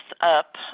up